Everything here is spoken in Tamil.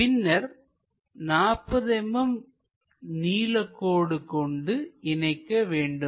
பின்னர் 40 mm நீள கோடு கொண்டு இணைக்க வேண்டும்